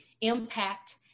impact